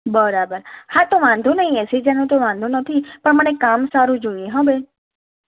બરાબર હા તો વાંધો નહીં એંશી હજારનો કંઈ વાંધો નથી પણ મને કામ સારું જોઈએ હોં બેન